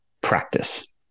practice